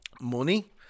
money